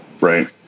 Right